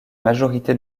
majorité